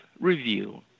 review